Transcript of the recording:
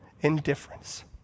indifference